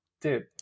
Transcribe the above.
dude